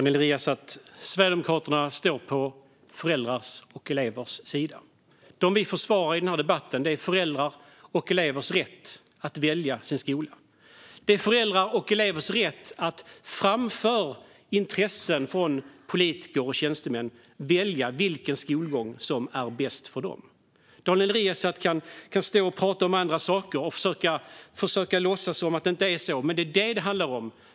Fru talman! Sverigedemokraterna står på föräldrars och elevers sida, Daniel Riazat. Det vi försvarar i den här debatten är föräldrars och elevers rätt att välja sin skola. Det är föräldrars och elevers rätt att framför intressen från politiker och tjänstemän välja vilken skolgång som är bäst för dem. Daniel Riazat kan stå och prata om andra saker och försöka låtsas att det inte är så, men det är detta det handlar om.